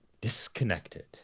disconnected